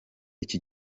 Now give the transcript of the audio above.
iki